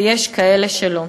ויש כאלה שלא.